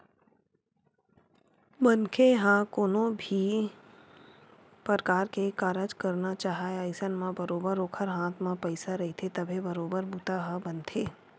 मनखे ह कोनो भी परकार के कारज करना चाहय अइसन म बरोबर ओखर हाथ म पइसा रहिथे तभे बरोबर बूता ह बनथे